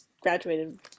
graduated